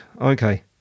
Okay